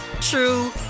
true